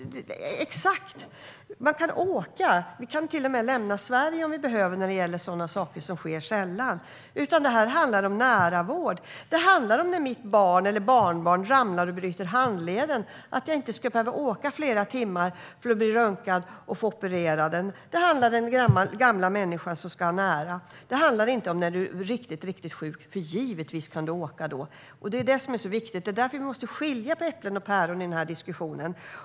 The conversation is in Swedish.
Vi kan åka någon annanstans, och till och med lämna Sverige om vi behöver, när det gäller sådant som sker sällan. I stället gäller det näravård och om när ens barn eller barnbarn ramlar och bryter handleden. Då ska man inte behöva åka i flera timmar för att bli röntgad och opererad. Det handlar även om att den gamla människan ska ha nära till vården. Det handlar inte om när man är riktigt sjuk. Givetvis kan man då åka iväg. Vi behöver skilja på äpplen och päron i den här diskussionen.